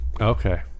Okay